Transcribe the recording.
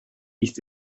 ist